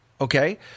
Okay